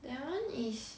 that one is